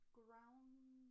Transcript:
ground